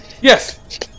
yes